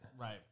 Right